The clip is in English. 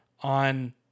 on